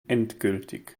endgültig